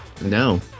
No